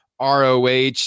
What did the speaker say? ROH